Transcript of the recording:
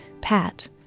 Pat